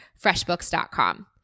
FreshBooks.com